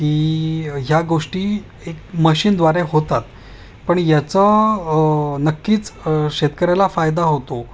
की ह्या गोष्टी एक मशीनद्वारे होतात पण याचा नक्कीच शेतकऱ्याला फायदा होतो